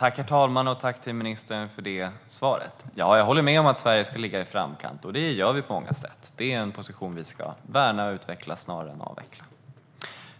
Herr talman! Tack, ministern, för svaret! Jag håller med om att Sverige ska ligga i framkant, och det gör vi på många sätt. Det är en position vi ska värna och utveckla snarare än avveckla.